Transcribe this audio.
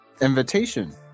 invitation